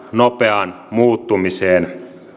nopeaan muuttumiseen